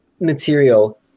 material